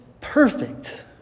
perfect